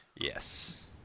Yes